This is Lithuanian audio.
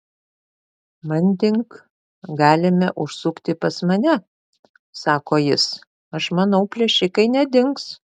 manding galime užsukti pas mane sako jis aš manau plėšikai nedings